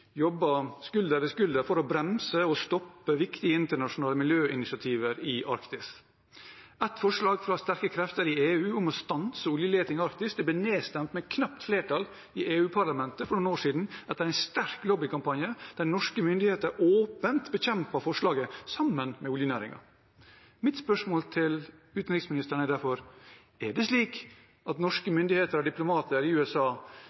skulder ved skulder for å bremse og stoppe viktige internasjonale miljøinitiativer i Arktis. Ett forslag fra sterke krefter i EU om å stanse oljeleting i Arktis ble nedstemt med knapt flertall i EU-parlamentet for noen år siden etter en sterk lobbykampanje der norske myndigheter åpent bekjempet forslaget sammen med oljenæringen. Mitt spørsmål til utenriksministeren er derfor: Er det slik at norske myndigheter og diplomater i USA